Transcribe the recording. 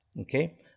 Okay